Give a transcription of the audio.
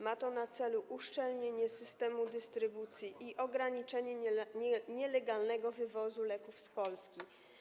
Ma to na celu uszczelnienie systemu dystrybucji i ograniczenie nielegalnego wywozu leków z Polski.